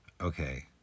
Okay